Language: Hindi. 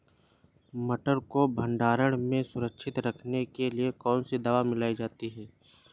मटर को भंडारण में सुरक्षित रखने के लिए कौन सी दवा मिलाई जाती है?